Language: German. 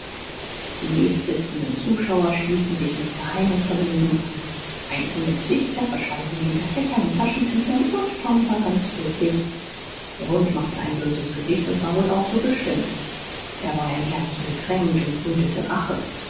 die nächstsitzenden zuschauer stießen sich mit geheimem vergnügen an einzelne gesichter verschwanden hinter fächern und taschentüchern und tom war ganz glücklich der hund machte ein böses gesicht und war wohl auch so gestimmt er war im herzen gekränkt und brütete rache